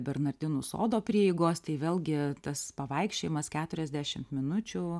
bernardinų sodo prieigos tai vėlgi tas pavaikščiojimas keturiasdešimt minučių